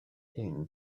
une